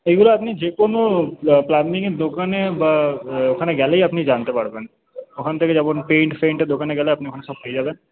এইগুলো আপনি যেকোনো প্লাম্বিংয়ের দোকানে বা ওখানে গেলেই আপনি জানতে পারবেন ওখান থেকে যখন পেন্ট ফেন্টের দোকানে গেলে আপনি ওখানে সব পেয়ে যাবেন